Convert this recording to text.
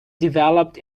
developed